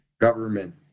government